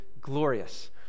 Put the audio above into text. glorious